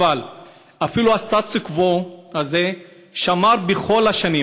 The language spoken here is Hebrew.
אבל אפילו הסטטוס קוו הזה שמר בכל השנים,